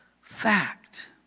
fact